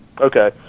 okay